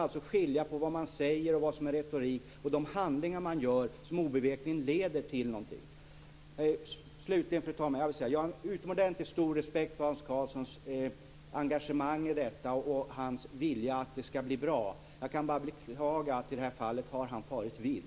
Man måste skilja på det som är retorik och de handlingar som man gör och som obevekligen leder till någonting. Fru talman! Slutligen vill jag säga att jag har en utomordentligt stor respekt för Hans Karlssons engagemang i denna fråga och för hans vilja att det hela skall bli bra. Jag kan bara beklaga att Hans Karlsson i det här fallet har farit vill.